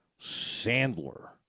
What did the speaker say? Sandler